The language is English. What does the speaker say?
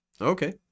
Okay